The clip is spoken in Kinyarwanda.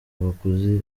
baguzi